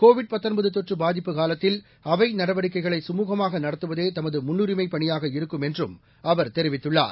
Covid தொற்று பாதிப்பு காலத்தில் அவை நடவடிக்கைகளை கமுகமாக நடத்துவதே தமது முன்னுரிமைப் பணியாக இருக்கும் என்றும் அவர் தெரிவித்துள்ளார்